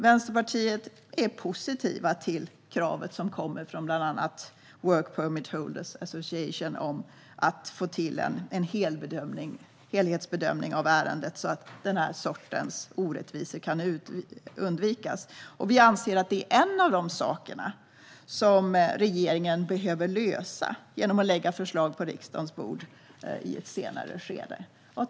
Vänsterpartiet är positivt till kravet från bland annat Work Permit Holders Association på att få till en helhetsbedömning av ärendet så att denna sorts orättvisor kan undvikas. Vi anser att detta är en av de saker som regeringen behöver lösa genom att lägga förslag på riksdagens bord i ett senare skede.